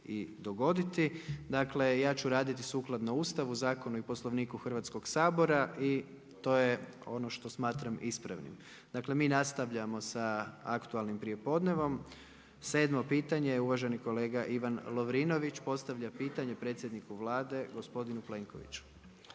i dogoditi. Dakle, ja ću raditi sukladnu Ustavu, zakonu i Poslovniku Hrvatskog sabora i to je ono što smatram ispravnim. Dakle, mi nastavljamo sa aktualnim prijepodnevom. Sedmo pitanje je uvaženi kolega Ivan Lovrinović, postavlja pitanje predsjedniku Vlade, gospodinu Plenkoviću.